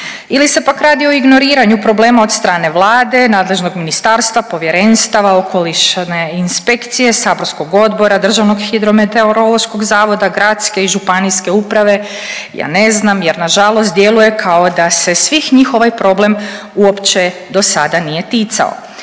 Ili se pak radi o ignoriranju problema od strane Vlade, nadležnog ministarstva, povjerenstava, okolišne inspekcije, saborskog odbora, Državnog hidrometeorološkog zavoda, gradske i županijske uprave. Ja ne znam, jer na žalost djeluje kao da se svih njih ovaj problem uopće do sada nije ticao.